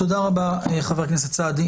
תודה רבה, חבר הכנסת סעדי.